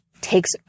takes